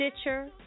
Stitcher